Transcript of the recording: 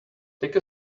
take